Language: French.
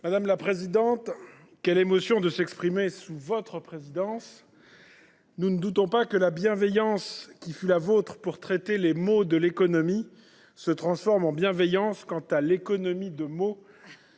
Madame la présidente, quelle émotion de s’exprimer sous votre présidence ! Nous ne doutons pas que la bienveillance qui fut la vôtre pour traiter les maux de l’économie ne se transforme en bienveillance quant à l’économie de nos